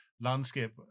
landscape